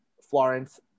Florence